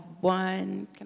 one